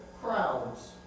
crowds